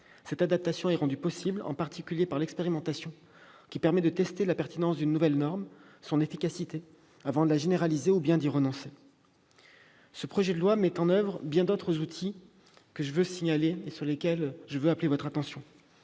Cette adaptation est rendue possible, en particulier par l'expérimentation, qui permet de tester la pertinence d'une nouvelle norme, son efficacité, avant de la généraliser ou bien d'y renoncer. Ce projet de loi met en oeuvre bien d'autres outils sur lesquels je souhaite appeler votre attention.